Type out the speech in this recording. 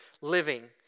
living